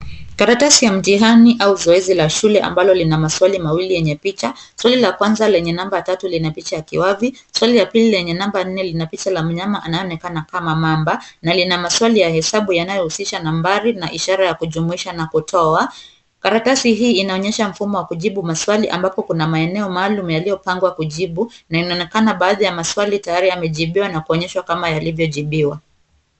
Karatasi ya mtihani au zoezi la shule ambalo lina maswali mawili yenye picha. Swali la kwanza lenye namba tatu lina picha ya kiwavi. Swali la pili lenye namba nne lina picha la mnyama anayeonekana kama mamba na lina maswali ya hesabu inayohususha nambari na ishara ya kujumuisha na kutoa. Karatasi hii inaonyesha mfumo wa kujibu maswali ambapo kuna maeneo maalum yaliopangwa kujibu na inaonekana baadhi ya maswali tayari yamejibiwa na kuonyesha kama yalivyojibiwa.